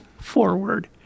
forward